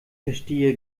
verstehe